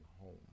home